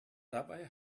dabei